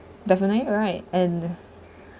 definitely right and